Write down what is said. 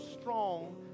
strong